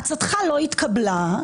עצתך לא התקבלה,